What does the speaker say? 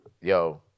yo